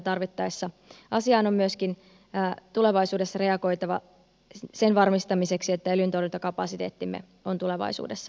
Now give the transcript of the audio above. tarvittaessa asiaan on myöskin tulevaisuudessa reagoitava sen varmistamiseksi että öljyntorjuntakapasiteettimme on tulevaisuudessa riittävä